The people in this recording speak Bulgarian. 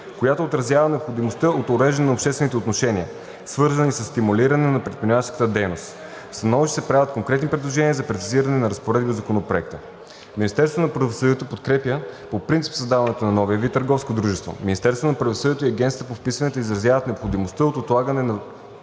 която отразява необходимостта от уреждане на обществените отношения, свързани със стимулиране на предприемаческата дейност. В становището се правят конкретни предложения за прецизиране на разпоредби от Законопроекта. Министерството на правосъдието подкрепя по принцип създаването на новия вид търговско дружество. Министерството на правосъдието и Агенцията по вписванията изразяват необходимостта от отлагане на